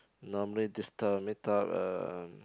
normally this type of meet up um